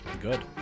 Good